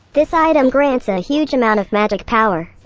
this item grants a huge amount of magic power.